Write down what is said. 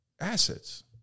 assets